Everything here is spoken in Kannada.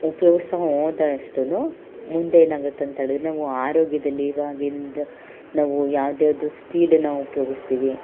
ಉಪ್ಯೋಗ್ಸ್ತಾ ಹೋದಷ್ಟು ಮುಂದೆ ಏನಾಗತ್ತಂತ ಹೇಳೀರ ನಾವು ಆರೋಗ್ಯದಲ್ಲಿ ಇವಾಗಿಂದು ನಾವು ಯಾವ್ದು ಯಾವುದೋ ಸ್ಟೀಲನ್ನು ಉಪ್ಯೋಗಸ್ತೀವಿ